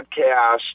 podcast